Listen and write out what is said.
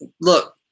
Look